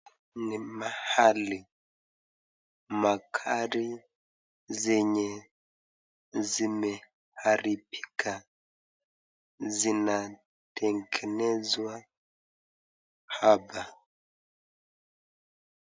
Ni mahali magari zenye, zimearibika zinatengezezwa hapa.